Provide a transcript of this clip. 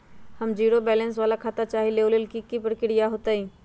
हम zero balance वाला खाता चाहइले वो लेल की की प्रक्रिया होतई?